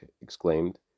exclaimed